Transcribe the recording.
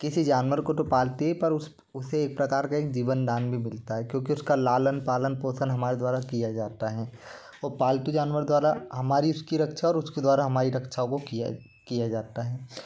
किसी जानवर को तो पालते है पर उस उसे एक प्रकर का जीवन दान भी मिलता है क्योंकि उसका लालन पालन पोषण हमारे द्वारा किया जाता है और पालतू जानवर द्वारा हमारी उसकी रक्षा और उसके द्वारा हमारी रक्षा वो किया जाता है